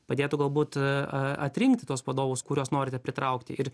padėtų galbūt a atrinkti tuos vadovus kuriuos norite pritraukti ir